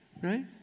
right